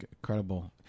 Incredible